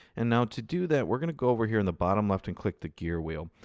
and now to do that, we're going to go over here in the bottom left and click the gear wheel.